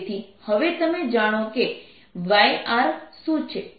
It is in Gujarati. તેથી હવે તમે જાણો છો કે yR શું છે